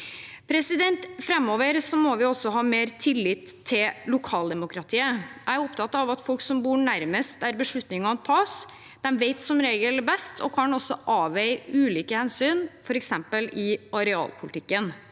Framover må vi ha mer tillit til lokaldemokratiet. Jeg er opptatt av at folk som bor nærmest der beslutningene tas, som regel vet best og også kan avveie ulike hensyn, f.eks. i arealpolitikken.